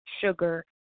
sugar